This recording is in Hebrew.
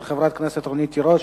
של חברת הכנסת רונית תירוש.